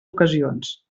ocasions